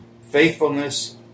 faithfulness